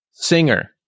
Singer